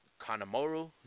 Kanamoru